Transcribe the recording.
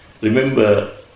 remember